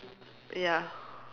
ya